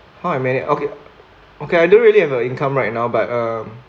how I manage okay okay I don't really have a income right now but um